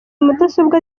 mudasobwa